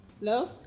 Love